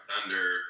Thunder